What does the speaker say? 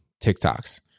TikToks